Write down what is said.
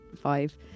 five